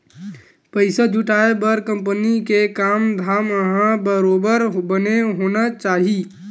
पइसा जुटाय बर कंपनी के काम धाम ह बरोबर बने होना चाही